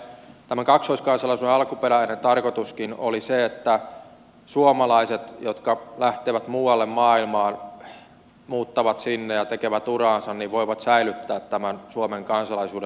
tämän kaksoiskansalaisuuden alkuperäinen tarkoituskin oli se että suomalaiset jotka lähtevät muualle maailmaan muuttavat sinne ja tekevät uraansa voivat säilyttää suomen kansalaisuuden